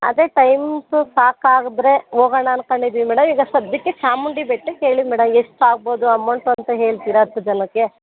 ಅದೆ ಟೈಮ್ಸು ಸಾಕಾದರೆ ಹೋಗೋಣ ಅನ್ಕೊಂಡಿದೀವ್ ಮೇಡಮ್ ಈಗ ಸಧ್ಯಕ್ಕೆ ಚಾಮುಂಡಿ ಬೆಟ್ಟಕ್ಕೆ ಹೇಳಿ ಮೇಡಮ್ ಎಷ್ಟಾಗ್ಬೋದು ಅಮೌಂಟು ಅಂತ ಹೇಳ್ತೀರಾ ಹತ್ತು ಜನಕ್ಕೆ